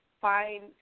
Find